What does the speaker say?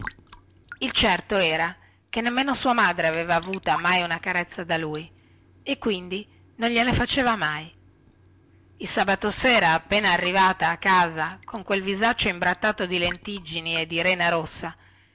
il certo era che nemmeno sua madre aveva avuta mai una carezza da lui e quindi non gliene faceva mai il sabato sera appena arrivava a casa con quel suo visaccio imbrattato di lentiggini e di rena rossa